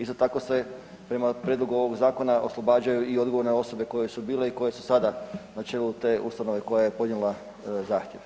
Isto tako se prema prijedlogu ovog zakona oslobađaju i odgovorne osobe koje su bile i koje su sada na čelu te ustanove koja je podnijela zahtjev.